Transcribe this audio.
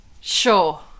Sure